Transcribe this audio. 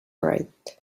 right